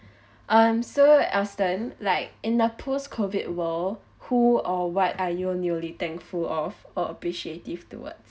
um so right aston like in the post COVID world who or what are you newly thankful of or appreciative towards